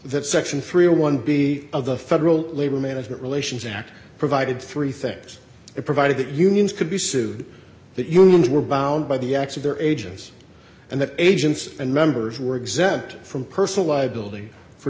that section three a one b of the federal labor management relations act provided three things provided that unions could be sued that unions were bound by the acts of their ages and that agents and members were exempt from personal liability for